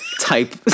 Type